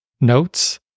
notes